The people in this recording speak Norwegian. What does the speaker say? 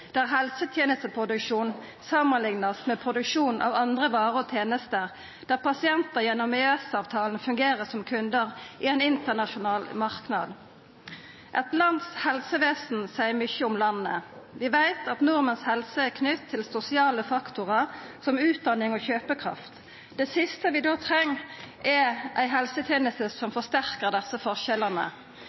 der helsetenesteproduksjon samanliknast med produksjon av andre varer og tenester, der pasientar gjennom EØS-avtalen fungerer som kundar i ein internasjonal marknad? Eit lands helsevesen seier mykje om landet. Vi veit at nordmenns helse er knytt til sosiale faktorar som utdanning og kjøpekraft. Det siste vi da treng, er ei helseteneste som forsterkar desse forskjellane.